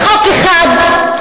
בחוק אחד,